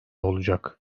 olacak